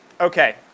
Okay